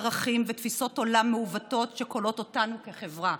ערכים ותפיסות עולם מעוותות, שכולאת אותנו כחברה.